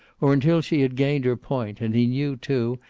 or until she had gained her point. and he knew, too,